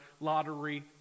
lottery